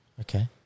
Okay